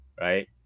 right